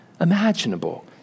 imaginable